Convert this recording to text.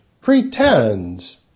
pretends